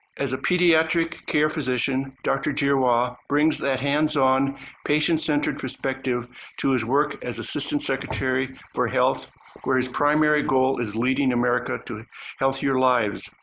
as a pediatric care physician, dr. giroir brings that hands-on patient-centered perspective to his work as assistant secretary for health where his primary goal is leading america to healthier lives.